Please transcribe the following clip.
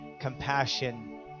Compassion